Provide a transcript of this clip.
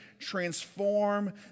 transform